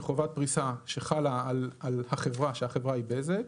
חובת פריסה שחלה על החברה שהחברה היא בזק,